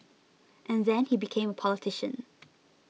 and then he became a politician